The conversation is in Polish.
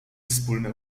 wspólne